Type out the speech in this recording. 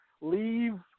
leave